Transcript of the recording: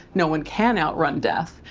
no one can outrun death.